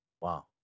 Wow